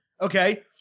okay